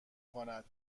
کند